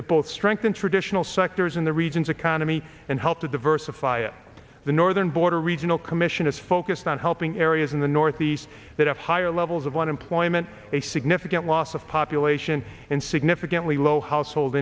that both strengthen traditional sectors in the region's economy and help to diversify the northern border regional commission is focused on helping areas in the northeast that have higher levels of unemployment a significant loss of population and significantly low household